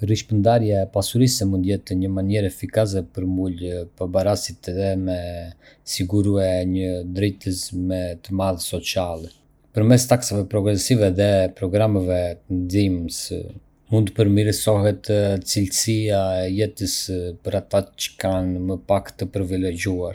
Hëh, asht e mundur me jetue një jetë morale pa fe. Shumë njerëz zhvillojnë një sens etike bazuar te vlera si empatia, drejtësia edhe respekti për të tjerët, pavarësisht nga besimi fetar. Morali mund të jetë i rraricartur në humanitetin edhe arsyen tonë.